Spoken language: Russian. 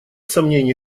сомнений